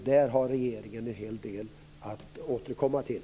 Där har regeringen en hel del att återkomma till.